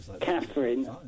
Catherine